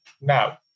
Now